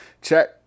Check